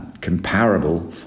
comparable